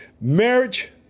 Marriage